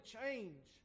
change